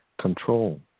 control